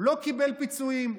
לא קיבל פיצויים,